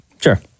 Sure